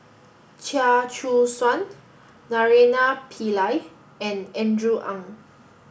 Chia Choo Suan Naraina Pillai and Andrew Ang